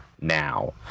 now